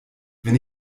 wenn